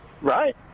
right